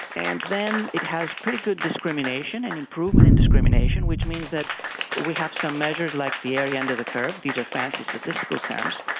and then it has pretty good discrimination and improvement in discrimination which means that we have some measures like the area under the curve these are fancy statistical terms,